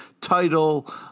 title